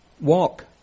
walk